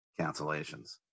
cancellations